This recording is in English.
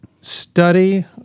study